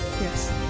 Yes